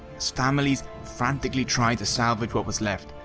as families frantically tried to salvage what was left,